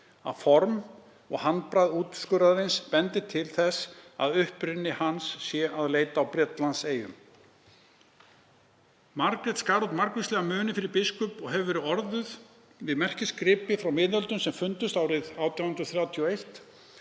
að form og handbragð útskurðarins bendi til þess að uppruna hans sé að leita á Bretlandseyjum. Margrét skar út margvíslega muni fyrir biskup og hefur verið orðuð við merkisgripi frá miðöldum sem fundust árið 1831